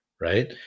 right